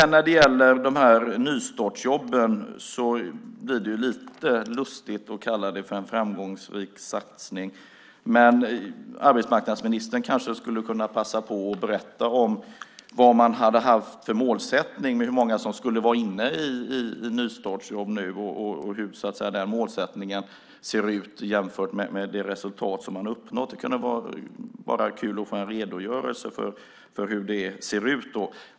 När det gäller nystartsjobben blir det lite lustigt att kalla det för en framgångsrik satsning. Arbetsmarknadsministern kanske kunde passa på att berätta vad man har haft för målsättning, hur många som skulle vara inne i nystartsjobb nu och hur den målsättningen ser ut jämfört med de resultat som man har uppnått. Det kunde vara kul att få en redogörelse för hur det ser ut.